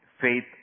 faith